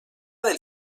del